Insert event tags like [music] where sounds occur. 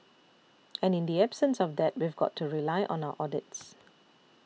[noise] and in the absence of that we've got to rely on our audits